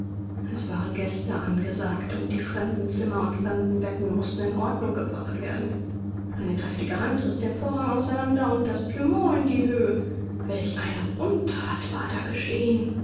es waren gäste angesagt und die fremden zimmer und fremden betten mußten in ordnung gebracht werden eine kräftige hand riß den vorhang auseinander und das plümeau in die höh welch eine unthat war da geschehen